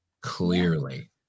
clearly